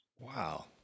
Wow